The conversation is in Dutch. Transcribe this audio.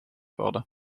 worden